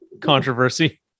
Controversy